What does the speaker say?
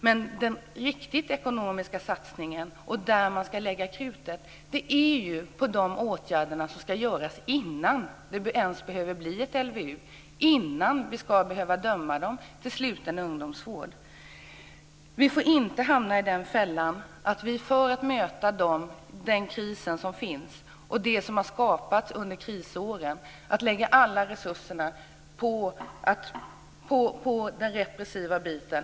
Men den riktigt ekonomiska satsningen, där man ska lägga krutet, är de åtgärder som ska göras innan det ens behöver bli ett LVU, innan vi ska behöva döma till sluten ungdomsvård. Vi får inte hamna i fällan att vi för att möta den kris som finns och det som har skapats under krisåren lägger alla resurserna på den repressiva biten.